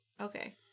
okay